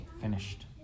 finished